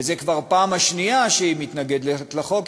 וזאת כבר הפעם השנייה שהיא מתנגדת לחוק,